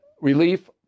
relief